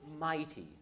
mighty